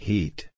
Heat